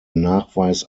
nachweis